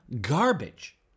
garbage